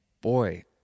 boy